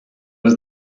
was